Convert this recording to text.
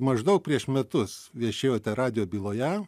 maždaug prieš metus viešėjote radijo byloje